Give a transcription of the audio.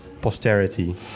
posterity